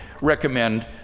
recommend